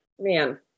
Man